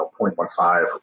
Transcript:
0.15